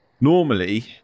Normally